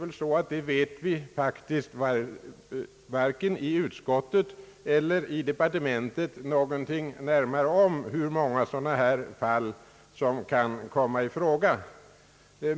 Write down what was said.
Man vet väl faktiskt varken i utskottet eller i departementet någonting närmare om hur många sådana här fall som kan komma i fråga.